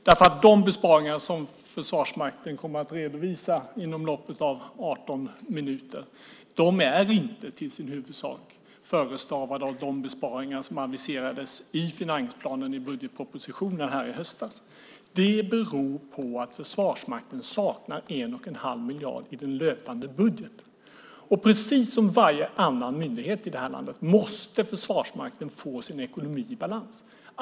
De besparingar som Försvarsmakten inom loppet av 18 minuter kommer att redovisa är i huvudsak inte förestavade av de besparingar som aviserades i finansplanen i budgetpropositionen i höstas. Det beror på att Försvarsmakten saknar 1 1⁄2 miljard i den löpande budgeten, och precis som varje annan myndighet i landet måste Försvarsmakten få sin ekonomi i balans.